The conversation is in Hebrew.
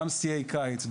גם שיאי קיץ,